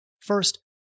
First